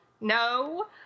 no